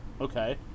Okay